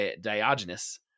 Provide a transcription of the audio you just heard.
Diogenes